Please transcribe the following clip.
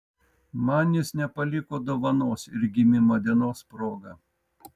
man jis nepaliko dovanos ir gimimo dienos proga